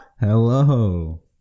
Hello